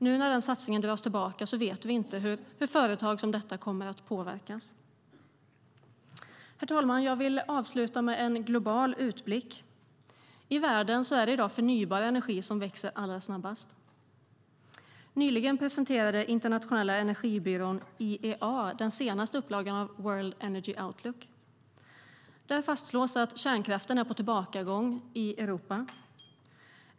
Nu när satsningen dras tillbaka vet vi inte hur företag som detta kommer att påverkas. Jag vill avsluta med en global utblick. I världen är det i dag förnybar energi som växer allra snabbast. Nyligen presenterade Internationella energibyrån, IEA, den senaste upplagan av World Energy Outlook. Där fastslås att kärnkraften är på tillbakagång i Europa.